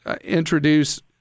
introduce